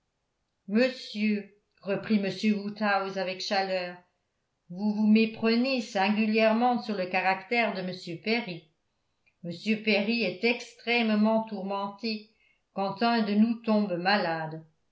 chaleur vous vous méprenez singulièrement sur le caractère de m perry m perry est extrêmement tourmenté quand un de nous tombe malade